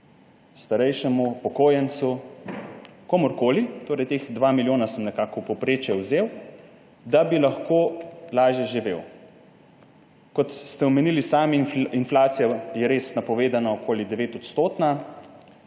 starejšemu, upokojencu, komurkoli – od 2 milijonov sem torej nekako povprečje vzel – da bi lahko lažje živel. Kot ste omenili sami, inflacija je res napovedana okoli 9-odstotna,